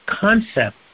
concept